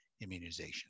immunization